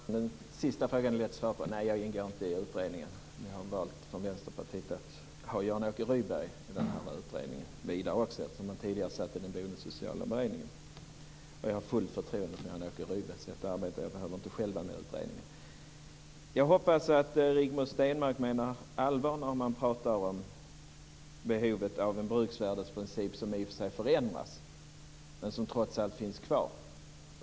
Fru talman! Den sista frågan är lätt att svara på: Nej, jag ingår inte i utredningen. Vi har från Vänsterpartiet valt Jan-Åke Rydberg att ingå i utredningen, eftersom han tidigare satt i den boendesociala beredningen. Jag har fullt förtroende för Jan-Åke Rydbergs sätt att arbeta och behöver inte själv vara med i utredningen. Jag hoppas att Rigmor Stenmark menar allvar när hon talar om behovet av en bruksvärdesprincip, som i och för sig förändras men som trots allt finns kvar.